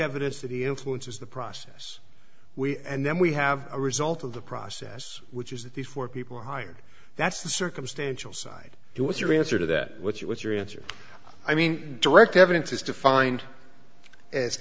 evidence that he influences the process we and then we have a result of the process which is that the four people hired that's the circumstantial side do what's your answer to that what you what your answer i mean direct evidence is defined as